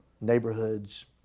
neighborhoods